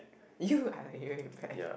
you are really very bad